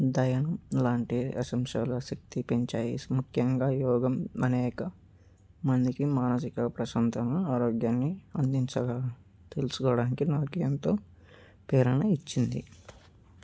దయలాంటి అంశాల శక్తి పెంచాయి ముఖ్యంగా యోగా అనేక మందికి మానసిక ప్రశాంతతను ఆరోగ్యాన్ని అందించగా తెలుసుకోవడానికి నాకు ఎంతో ప్రేరణ ఇచ్చింది